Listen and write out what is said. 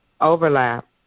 overlap